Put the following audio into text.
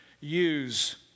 use